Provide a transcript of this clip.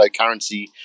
cryptocurrency